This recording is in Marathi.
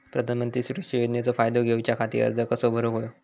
प्रधानमंत्री सुरक्षा योजनेचो फायदो घेऊच्या खाती अर्ज कसो भरुक होयो?